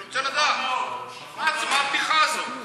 אני רוצה לדעת, מה הבדיחה הזאת?